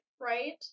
Right